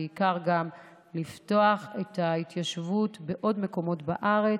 בעיקר גם לפתוח את ההתיישבות בעוד מקומות בארץ.